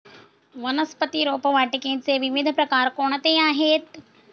वनस्पती रोपवाटिकेचे विविध प्रकार कोणते आहेत?